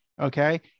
Okay